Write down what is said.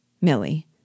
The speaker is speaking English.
Millie